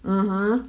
(uh huh)